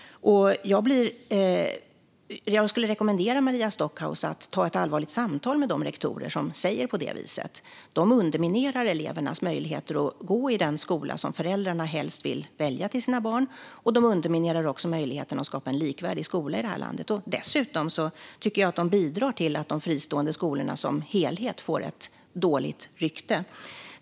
Jag skulle rekommendera Maria Stockhaus att ta ett allvarligt samtal med de rektorer som säger på det viset. De underminerar elevernas möjligheter att gå i den skola som föräldrarna helst vill välja till sina barn, och de underminerar också möjligheten att skapa en likvärdig skola i det här landet. Dessutom tycker jag att de bidrar till att de fristående skolorna som helhet får ett dåligt rykte.